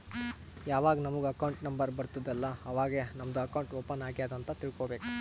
ಯಾವಾಗ್ ನಮುಗ್ account number ಬರ್ತುದ್ ಅಲ್ಲಾ ಅವಾಗೇ ನಮ್ದು ಅಕೌಂಟ್ ಓಪನ್ ಆಗ್ಯಾದ್ ಅಂತ್ ತಿಳ್ಕೋಬೇಕು